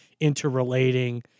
interrelating